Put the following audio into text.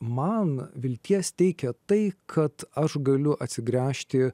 man vilties teikia tai kad aš galiu atsigręžti